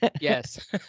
Yes